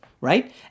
right